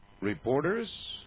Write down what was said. reporters